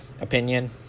opinion